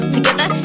Together